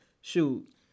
shoot